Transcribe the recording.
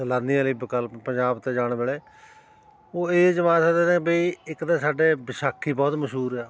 ਸੈਲਾਨੀਆਂ ਲਈ ਵਿਕਲਪ ਪੰਜਾਬ ਤੇ ਜਾਣ ਵੇਲੇ ਉਹ ਇਹ ਸਕਦੇ ਨੇ ਬਈ ਇੱਕ ਤਾਂ ਸਾਡੇ ਵਿਸਾਖੀ ਬਹੁਤ ਮਸ਼ਹੂਰ ਆ